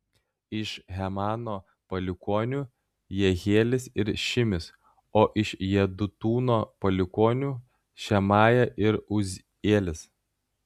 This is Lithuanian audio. iš hemano palikuonių jehielis ir šimis o iš jedutūno palikuonių šemaja ir uzielis